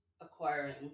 acquiring